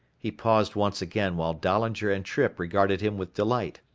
he paused once again while dahlinger and trippe regarded him with delight.